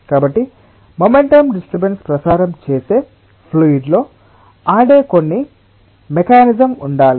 కాబట్టి momentum disturbance ప్రచారం చేసే ఫ్లూయిడ్ లో ఆడే కొన్ని మెకానిజం ఉండాలి